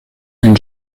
une